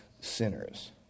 sinners